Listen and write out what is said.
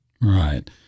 right